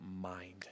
mind